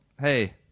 hey